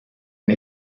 nii